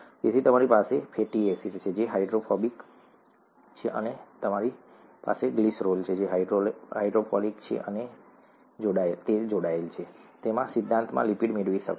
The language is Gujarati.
તેથી તમારી પાસે ફેટી એસિડ છે જે હાઇડ્રોફોબિક છે અને તમારી પાસે ગ્લિસરોલ છે જે હાઇડ્રોફિલિક છે અને જોડાયેલ છે તમે સિદ્ધાંતમાં લિપિડ મેળવી શકો છો